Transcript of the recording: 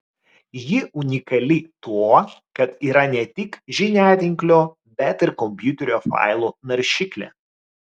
ji unikali tuo kad yra ne tik žiniatinklio bet ir kompiuterio failų naršyklė